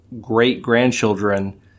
great-grandchildren